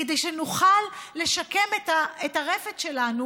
כדי שנוכל לשקם את הרפת שלנו,